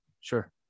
Sure